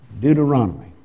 Deuteronomy